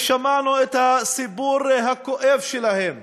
ושמענו את הסיפור הכואב שלהם